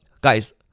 guys